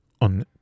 on